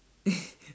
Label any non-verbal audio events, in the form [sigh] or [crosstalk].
[laughs]